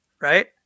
Right